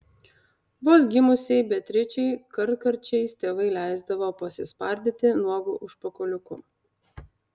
vos gimusiai beatričei kartkarčiais tėvai leisdavo pasispardyti nuogu užpakaliuku